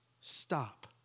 Stop